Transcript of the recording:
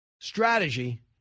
strategy